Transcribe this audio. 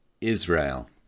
Israel